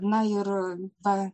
na ir va